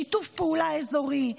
שיתוף פעולה אזורי,